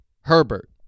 Herbert